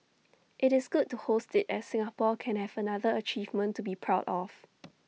IT is good to host IT as Singapore can have another achievement to be proud of